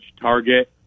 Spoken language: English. target